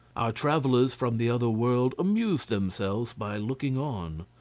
our travellers from the other world amused themselves by looking on.